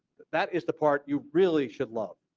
that is the part you really should love.